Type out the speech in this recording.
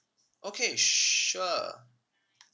okay sure